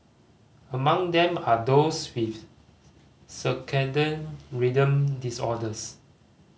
among them are those with circadian rhythm disorders